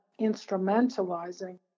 instrumentalizing